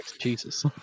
Jesus